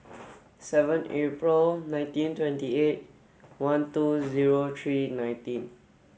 seven April nineteen twenty eight one two zero three nineteen